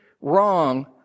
wrong